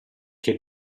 che